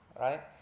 right